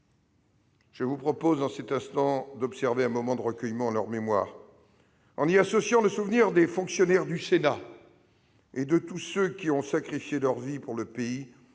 Je vous propose, en cet instant, d'observer un moment de recueillement en leur mémoire, en y associant le souvenir des fonctionnaires du Sénat et de tous ceux qui ont sacrifié leur vie pour le pays